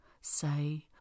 Say